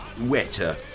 Wetter